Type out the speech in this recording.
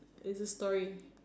it's a story